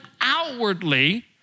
outwardly